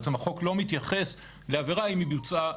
החוק לא מתייחס לעבירה אם היא בוצעה,